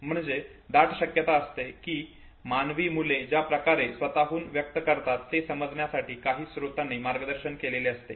म्हणजे अशी दाट शक्यता असते की मानवी मुले ज्या प्रकारे ते स्वतःहून व्यक्त करतात ते समजण्यासाठी काही स्रोतानी मार्गदर्शन केलेले असते